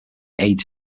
aids